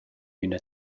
üna